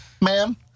ma'am